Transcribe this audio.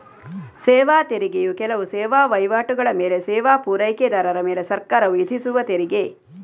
ಸೇವಾ ತೆರಿಗೆಯು ಕೆಲವು ಸೇವಾ ವೈವಾಟುಗಳ ಮೇಲೆ ಸೇವಾ ಪೂರೈಕೆದಾರರ ಮೇಲೆ ಸರ್ಕಾರವು ವಿಧಿಸುವ ತೆರಿಗೆ